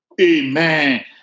Amen